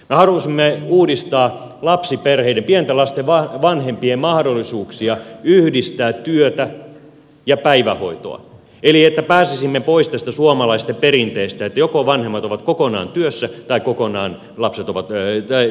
me halusimme uudistaa lapsiperheiden pienten lasten vanhempien mahdollisuuksia yhdistää työtä ja päivähoitoa että pääsisimme pois tästä suomalaisten perinteestä että joko vanhemmat ovat kokonaan työssä tai kokonaan kotona